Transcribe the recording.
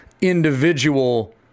individual